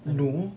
no